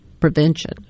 prevention